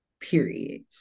period